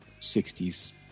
60s